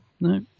no